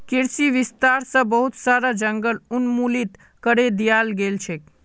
कृषि विस्तार स बहुत सारा जंगल उन्मूलित करे दयाल गेल छेक